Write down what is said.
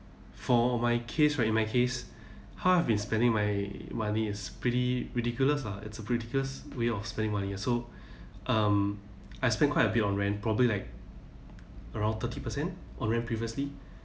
for my case right in my case how I been spending my money is pretty ridiculous lah it's a ridiculous way of spending money so um I spend quite a bit on rent probably like around thirty percent on rent previously